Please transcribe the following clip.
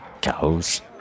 cows